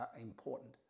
important